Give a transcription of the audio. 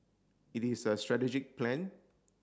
it is a strategic plan